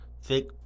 thick